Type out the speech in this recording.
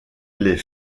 les